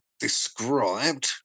Described